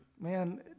Man